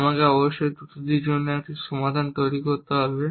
আমাকে অবশ্যই ত্রুটিটির জন্য একটি সমাধান তৈরি করতে হবে